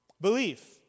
Belief